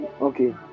okay